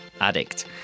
addict